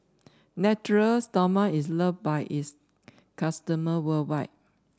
Natura Stoma is loved by its customers worldwide